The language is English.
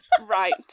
Right